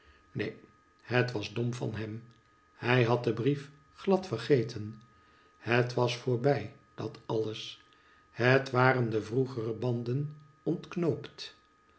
neen het was dom van hem hij had den brief glad vergeten het was voorbij dat alles het waren de vroegere banden